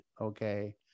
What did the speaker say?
okay